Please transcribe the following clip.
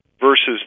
versus